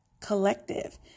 Collective